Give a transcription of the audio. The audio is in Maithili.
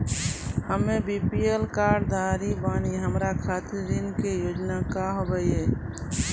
हम्मे बी.पी.एल कार्ड धारक बानि हमारा खातिर ऋण के योजना का होव हेय?